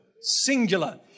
singular